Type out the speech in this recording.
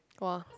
!wah!